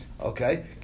Okay